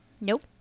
Nope